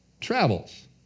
travels